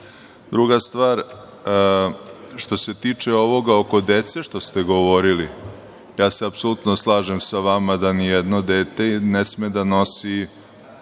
znati? Druga stvar, što se tiče ovoga oko dece što ste govorili, ja se apsolutno slažem sa vama da nijedno dete ne sme da nosi